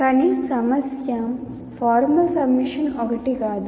కానీ సమస్య formal submission ఒకటి కాదు